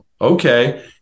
Okay